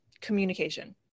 communication